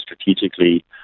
strategically